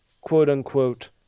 quote-unquote